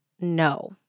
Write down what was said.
No